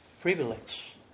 privilege